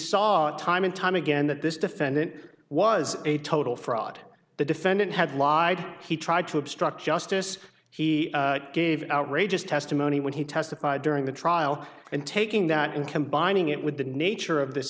it time and time again that this defendant was a total fraud the defendant had lied he tried to obstruct justice he gave outrageous testimony when he testified during the trial and taking that and combining it with the nature of this